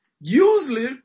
Usually